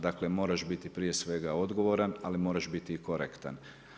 Dakle, moraš biti prije svega odgovoran ali moraš biti i korektan.